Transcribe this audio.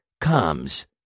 comes